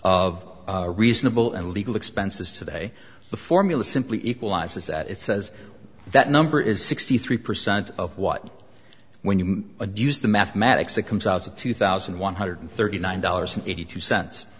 of reasonable and legal expenses today the formula simply equalizes that it says that number is sixty three percent of what when you do use the mathematics it comes out to two thousand one hundred thirty nine dollars eighty two cents